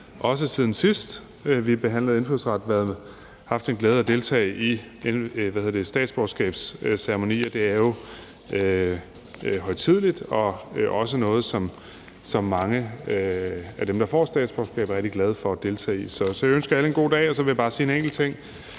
selv, siden sidst vi behandlede indfødsretsloven, haft den glæde at deltage i en statsborgerskabsceremoni, og det er jo højtideligt og også noget, som mange af dem, der får statsborgerskab er rigtig glade for at deltage i. Så jeg ønsker alle en god dag med det. Jeg vil bare sige en enkelt ting,